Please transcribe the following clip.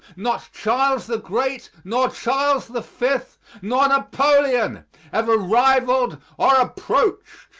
not charles the great nor charles the fifth nor napoleon ever rivaled or approached.